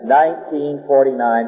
1949